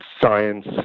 science